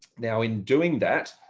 now in doing that,